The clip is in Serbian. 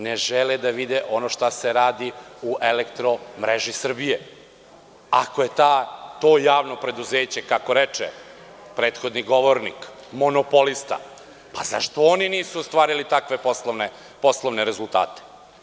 Ne žele da vide šta se radi u „Elektromreži“ Srbije, ako je to javno preduzeće, kako reče prethodni govornik, monopolista, zašto oni nisu ostvarili takve poslovne rezultate?